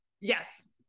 Yes